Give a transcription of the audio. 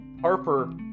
Harper